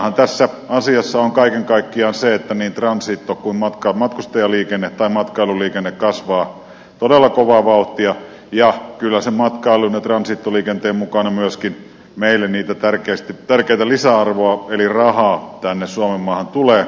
takanahan tässä asiassa on kaiken kaikkiaan se että niin transito kuin matkailuliikenne kasvaa todella kovaa vauhtia ja kyllä sen matkailu ja transitoliikenteen mukana myöskin meille tärkeää lisäarvoa eli rahaa tänne suomenmaahan tulee